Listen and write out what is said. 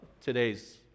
today's